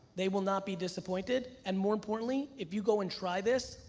they will not be disappointed and more importantly, if you go and try this,